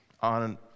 On